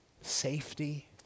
safety